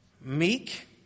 meek